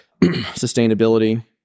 sustainability